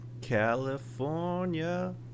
California